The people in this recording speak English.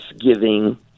giving